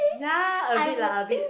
ya a bit lah a bit